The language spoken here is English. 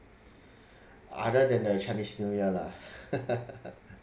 other than the chinese new year lah